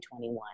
2021